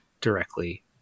directly